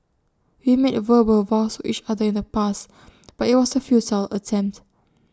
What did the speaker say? we made verbal vows each other in the past but IT was A futile attempt